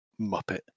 Muppet